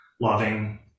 loving